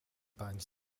binds